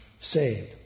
saved